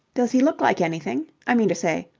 does he look like anything? i meanter say,